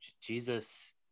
Jesus